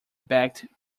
begged